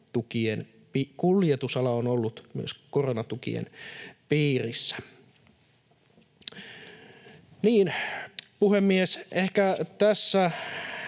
kuljetusala on ollut myös koronatukien piirissä. Puhemies, ehkä tässä